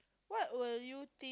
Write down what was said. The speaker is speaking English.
what will you think